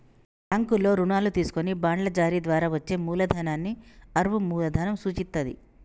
బ్యాంకుల్లో రుణాలు తీసుకొని బాండ్ల జారీ ద్వారా వచ్చే మూలధనాన్ని అరువు మూలధనం సూచిత్తది